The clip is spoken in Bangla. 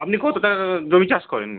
আপনি কতটা জমি চাষ করেন